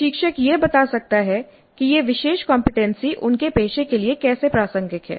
प्रशिक्षक यह बता सकता है कि यह विशेष कमपेटेंसी उनके पेशे के लिए कैसे प्रासंगिक है